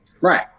right